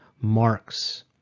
marks